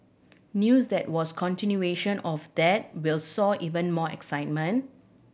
news that was continuation of that will sow even more excitement